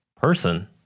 person